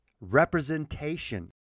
representation